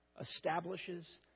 establishes